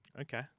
Okay